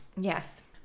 Yes